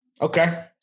Okay